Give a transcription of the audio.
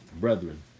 brethren